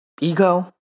ego